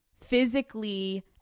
physically